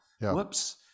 Whoops